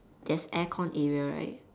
there's aircon area right